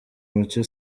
mucyo